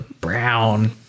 Brown